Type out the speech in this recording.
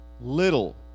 little